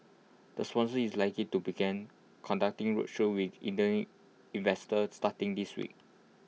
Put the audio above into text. the sponsor is likely to begin conducting roadshows with investors starting this week